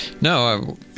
No